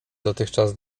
dotychczas